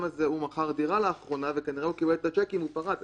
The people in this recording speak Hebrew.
הזה מכר דירה לאחרונה וכנראה הוא קיבל את הצ'קים ופרט אותם.